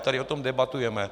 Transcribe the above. Tady o tom debatujeme.